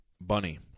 Bunny